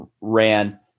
ran